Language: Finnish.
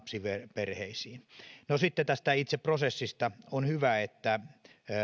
lapsiperheisiin sitten tästä itse prosessista on hyvä että